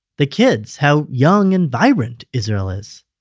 the kids how young and vibrant israel is.